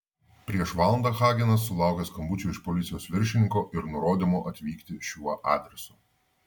prieš valandą hagenas sulaukė skambučio iš policijos viršininko ir nurodymo atvykti šiuo adresu